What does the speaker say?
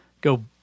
go